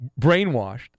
brainwashed